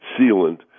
sealant